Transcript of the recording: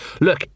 Look